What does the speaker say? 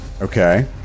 Okay